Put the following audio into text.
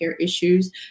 issues